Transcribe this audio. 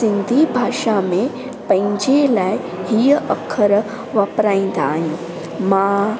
सिंधी भाषा में पंहिंजे लाइ हीअ अखर वापराईंदा आहियूं मां